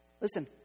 Listen